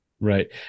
right